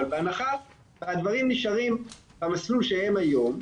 -- -אבל בהנחה והדברים נשארים במסלול שהם היום,